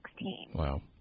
Wow